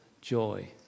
joy